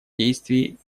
действий